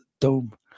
dome